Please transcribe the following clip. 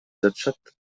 жатышат